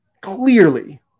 clearly